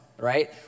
Right